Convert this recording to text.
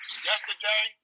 Yesterday